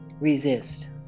Resist